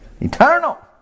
Eternal